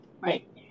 Right